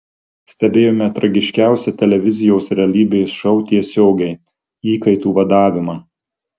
stebėjome tragiškiausią televizijos realybės šou tiesiogiai įkaitų vadavimą